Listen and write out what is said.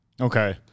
Okay